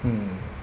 mm